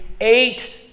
eight